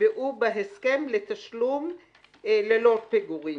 שנקבעו בהסכם לתשלום שוטף ללא פיגורים".